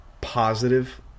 positive